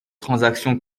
transactions